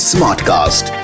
Smartcast